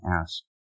ask